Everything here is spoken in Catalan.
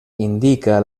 indica